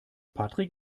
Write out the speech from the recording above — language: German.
patrick